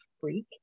freak